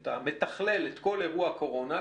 שמתכלל את כל אירוע הקורונה,